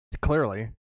Clearly